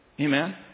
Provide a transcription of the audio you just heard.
Amen